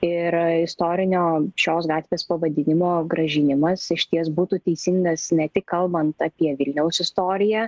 ir istorinio šios gatvės pavadinimo grąžinimas išties būtų teisingas ne tik kalbant apie vilniaus istoriją